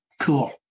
Cool